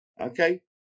okay